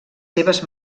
seves